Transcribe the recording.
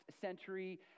century